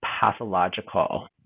pathological